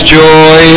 joy